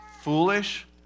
foolish